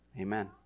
Amen